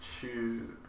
Shoot